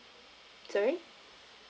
sorry